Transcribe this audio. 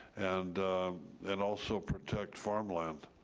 and and also protect farmland,